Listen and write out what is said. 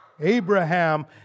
Abraham